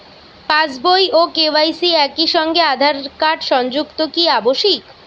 পাশ বই ও কে.ওয়াই.সি একই সঙ্গে আঁধার কার্ড সংযুক্ত কি আবশিক?